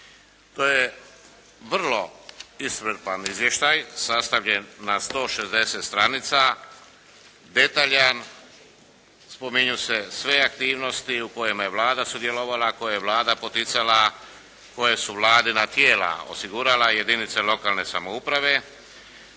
To je vrlo iscrpan izvještaj, sastavljen na 160 stranica, detaljan. Spominju se sve aktivnosti u kojima je Vlada sudjelovala, koje je Vlada poticala, koja su Vladina tijela osigurala jedinice lokalne samouprave.